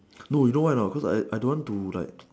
no you know why anot cause I don't want to like